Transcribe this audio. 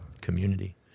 Community